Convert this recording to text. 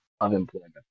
unemployment